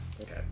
Okay